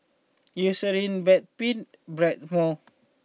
Eucerin Bedpans Blackmores